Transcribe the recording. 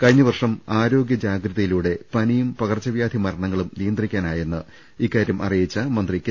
കഴിഞ്ഞ വർഷം ആരോഗ്യ ജാഗ്രതയിലൂടെ പനിയും പകർച്ചവ്യാധി മര ണങ്ങളും നിയന്ത്രിക്കാനായെന്ന് ഇക്കാര്യം അറിയിച്ച മന്ത്രി കെ